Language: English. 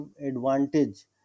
advantage